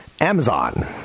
Amazon